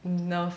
nerve